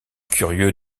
curieux